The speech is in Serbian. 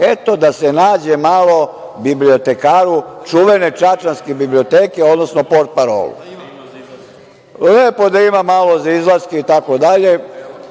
eto da se nađe malo bibliotekaru čuvene čačanske biblioteke, odnosno portparolu. Lepo da ima malo za izlaske itd, da se